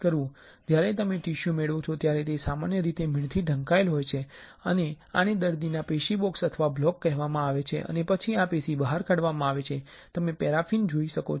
જ્યારે તમે ટીશ્યુ મેળવો છો ત્યારે તે સામાન્ય રીતે મીણથી ઢંકાયેલ હોય છે અને આને દર્દી પેશી બોક્સ અથવા બ્લોક કહેવામાં આવે છે અને પછી આ પેશી બહાર કાઢવામાં આવે છે તમે પેરાફિન જોઈ શકો છો